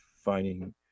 finding